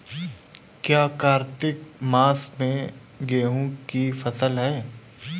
क्या कार्तिक मास में गेहु की फ़सल है?